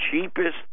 cheapest